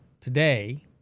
today